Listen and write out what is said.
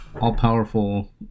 all-powerful